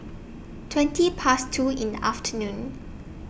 twenty Past two in The afternoon